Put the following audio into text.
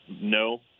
no